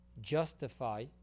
justify